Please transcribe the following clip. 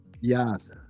Yes